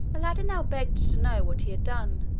aladdin now begged to know what he had done.